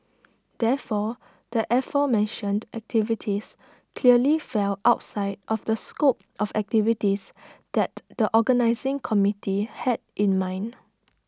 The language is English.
therefore the aforementioned activities clearly fell outside of the scope of activities that the organising committee had in mind